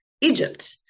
Egypt